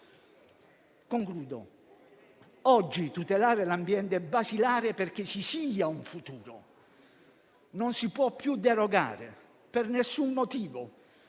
conclusione, oggi tutelare l'ambiente è basilare perché ci sia un futuro. Non si può più derogare per nessun motivo,